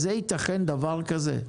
האם ייתכן דבר כזה?